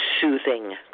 soothing